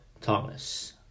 Thomas